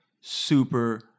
super